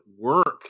work